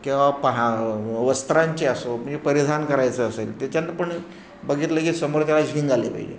किंवा पहा वस्त्रांचे असो म्हणजे परिधान करायचं असेल त्याच्यानं पण बघितलं की समोरच्याला झिंग आली पाहिजे